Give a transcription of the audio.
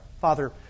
Father